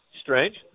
strange